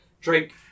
Drake